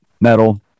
metal